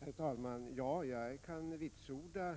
Herr talman! Ja, jag kan vitsorda